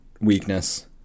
weakness